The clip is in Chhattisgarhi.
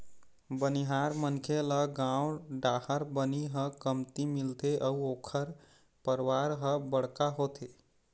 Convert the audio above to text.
बनिहार मनखे ल गाँव डाहर बनी ह कमती मिलथे अउ ओखर परवार ह बड़का होथे